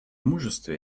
мужество